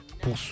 Pour